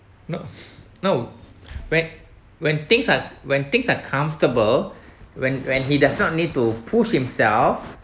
no no when when things are when things are comfortable when when he does not need to push himself